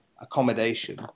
accommodation